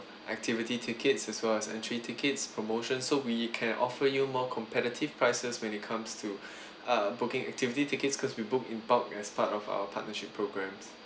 activity tickets as well as entry tickets promotions so we can offer you more competitive prices when it comes to uh booking activity tickets cause we book in bulk as part of our partnership programs